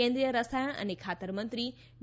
કેન્દ્રીય રસાયણ અને ખાતર મંત્રી ડી